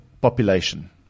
population